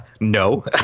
no